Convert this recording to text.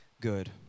good